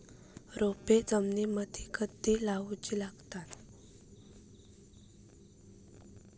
रोपे जमिनीमदि कधी लाऊची लागता?